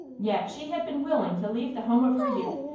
yet she had been willing to leave the home of her youth,